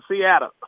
Seattle